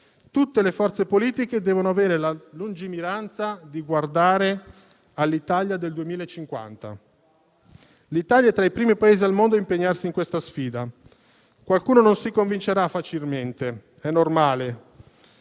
tutte le forze politiche, che devono avere la lungimiranza di guardare all'Italia del 2050. L'Italia è tra i primi Paesi al mondo a impegnarsi in questa sfida. Qualcuno non si convincerà facilmente (è normale),